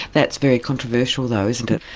that's very controversial though, isn't it?